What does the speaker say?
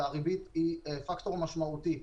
והריבית היא פקטור משמעותי בעניין.